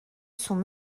sont